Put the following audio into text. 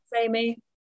Amy